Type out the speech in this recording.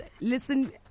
listen